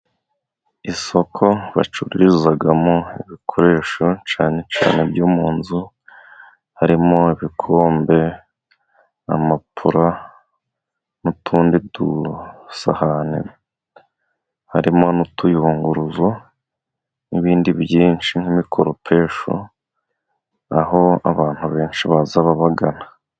Isoko bacururizamo ibikoresho, cyane cyane ibyo mu nzu; harimo ibikombe, amapura, n’utundi dusahane, harimo n’utuyurunguruzo n’ibindi byinshi nk’imikoropesho, aho abantu benshi baza babagana.